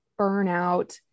burnout